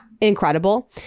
incredible